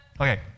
Okay